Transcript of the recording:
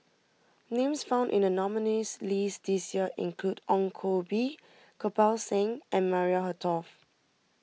names found in the nominees' list this year include Ong Koh Bee Kirpal Singh and Maria Hertogh